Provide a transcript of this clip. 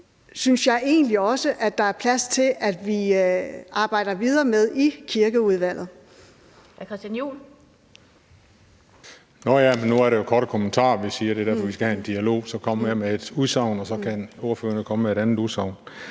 synes jeg egentlig også at der er plads til at vi arbejder videre med i Kirkeudvalget.